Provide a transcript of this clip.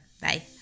Bye